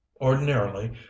ordinarily